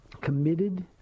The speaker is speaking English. committed